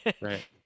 Right